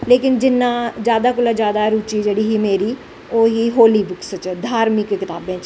लेकिन जिन्नां जादा कोला दा जादा रुची जेह्ड़ी ही मेरी ओह् ही होली बुक्स च धार्मिक कताबें च